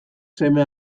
seme